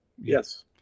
Yes